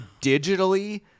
digitally